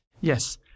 Yes